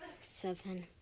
Seven